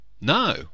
No